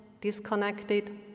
disconnected